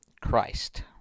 Christ